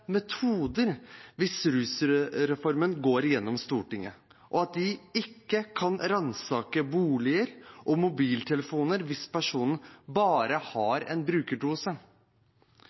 metoder hvis rusreformen går igjennom i Stortinget, og at de ikke kan ransake boliger og mobiltelefoner hvis personen bare har en brukerdose.